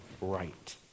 right